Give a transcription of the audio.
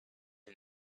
and